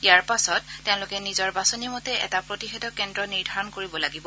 ইয়াৰ পাছত তেওঁলোকে নিজৰ বাছনি মতে এটা প্ৰতিষেধক কেন্দ্ৰ নিৰ্যৰণ কৰিব লাগিব